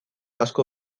asko